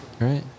right